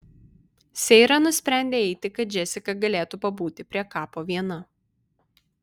seira nusprendė eiti kad džesika galėtų pabūti prie kapo viena